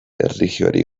erlijioari